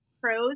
pros